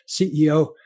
CEO